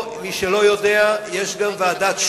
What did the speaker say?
או, מי שלא יודע, יש גם ועדת השניים,